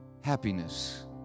happiness